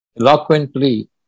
eloquently